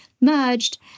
merged